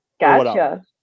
Gotcha